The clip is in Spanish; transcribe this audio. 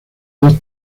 dos